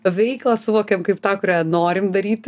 veiklą suvokėm kaip tą kurią norim daryti